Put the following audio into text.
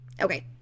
Okay